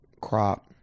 crop